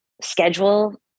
schedule